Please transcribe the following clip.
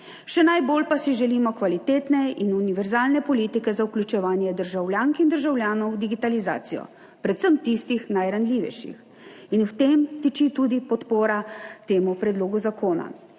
Še najbolj pa si želimo kvalitetne in univerzalne politike za vključevanje državljank in državljanov v digitalizacijo, predvsem tistih najranljivejših. In v tem tiči tudi podpora temu predlogu zakona.